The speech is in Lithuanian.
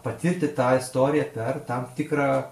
patirti tą istoriją per tam tikrą